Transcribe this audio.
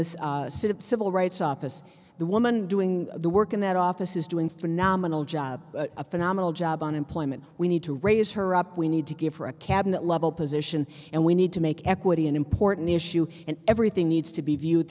city civil rights office the woman doing the work in that office is doing phenomenal job up a nominal job on employment we need to raise her up we need to give her a cabinet level position and we need to make equity an important issue and everything needs to be viewed